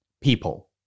people